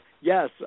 yes